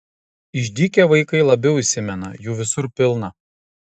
išdykę vaikai labiau įsimena jų visur pilna